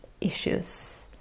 issues